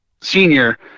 senior